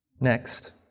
Next